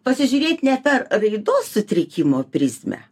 pasižiūrėt ne per veidus sutrikimo prizme